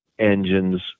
engines